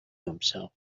himself